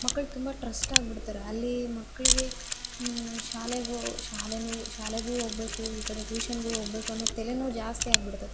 ಮಕ್ಳು ತುಂಬ ಟ್ರಸ್ಟ್ ಆಗಿಬಿಡ್ತಾರೆ ಅಲ್ಲಿ ಮಕ್ಳಿಗೆ ಶಾಲೆಗೆ ಓ ಶಾಲೆಗೂ ಶಾಲೆಗೂ ಹೋಗ್ಬೇಕು ಈ ಕಡೆ ಟ್ಯೂಷನ್ಗೂ ಹೋಗ್ಬೇಕು ಅನ್ನೋ ತಲೆನೋವು ಜಾಸ್ತಿ ಆಗ್ಬಿಡ್ತದೆ